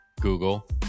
Google